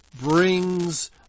brings